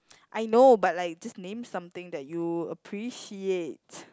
I know but like just name something that you appreciate